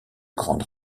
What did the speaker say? grande